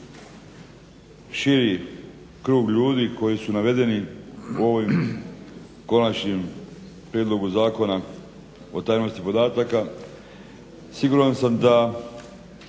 širi krug ljudi koji su navedeni u ovom Konačnom prijedlogu zakona o tajnosti podataka siguran sam da